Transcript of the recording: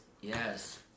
Yes